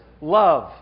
love